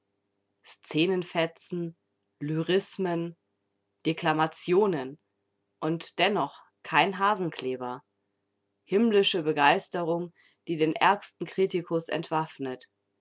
sprachgliederung szenenfetzen lyrismen deklamationen und dennoch kein hasenclever himmlische begeisterung die den ärgsten kritikus entwaffnet